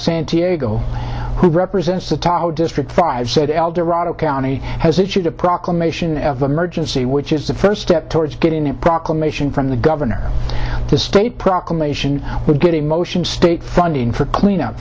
san diego who represents the taco district drive said eldorado county has issued a proclamation f emergency which is the first step towards getting a proclamation from the governor the state proclamation would get a motion state funding for cleanup